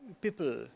people